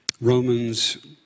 Romans